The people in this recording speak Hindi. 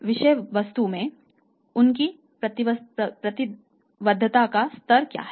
विषय वस्तु में उनकी प्रतिबद्धता का स्तर क्या है